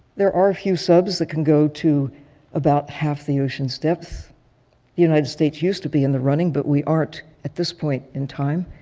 there are few subs that can go to about half the ocean's depth. the united states used to be in the running but we aren't at this point in time.